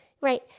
Right